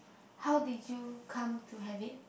how did you come to have it